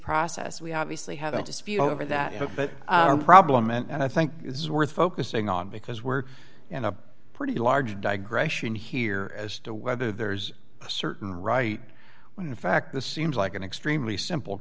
process we obviously have a dispute over that but the problem and i think is worth focusing on because we're in a pretty large digression here as to whether there's a certain right when in fact this seems like an extremely simple